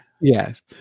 Yes